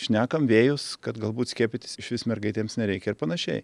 šnekam vėjus kad galbūt skiepytis išvis mergaitėms nereikia ir panašiai